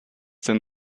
den